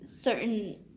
certain